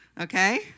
okay